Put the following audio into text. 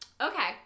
Okay